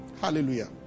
Hallelujah